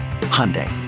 Hyundai